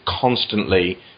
constantly